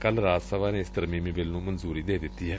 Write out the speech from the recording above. ਕੱਲੂ ਰਾਜ ਸਭਾ ਨੇ ਇਸ ਤਰਮੀਮੀ ਬਿੱਲ ਨੂੰ ਮਨਜੁਰੀ ਦੇ ਦਿੱਤੀ ਏ